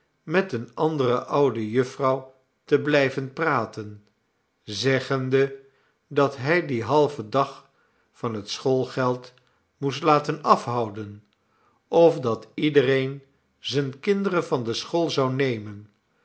met eene andere oude jufvrouw te blijven praten zeggende dat hij dien halven dag van het schoolgeld moest laten afhouden of dat iedereen zijne kinderen van de school zou nemen